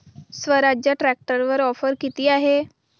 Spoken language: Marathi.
स्वराज्य ट्रॅक्टरवर ऑफर किती आहे?